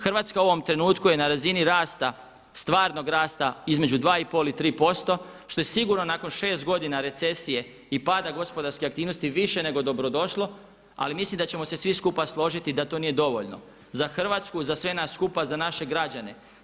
Hrvatska u ovom trenutku je na razini rasta, stvarnog rasta između 2,5 i 3% što je sigurno nakon 6 godina recesije i pada gospodarskih aktivnosti više nego dobrodošlo ali mislim da ćemo se svi skupa složiti da to nije dovoljno, za Hrvatsku, za sve nas skupa, za naše građane.